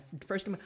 first